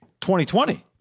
2020